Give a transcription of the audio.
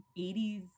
80s